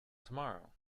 tomorrow